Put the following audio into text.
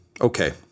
Okay